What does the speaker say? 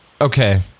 okay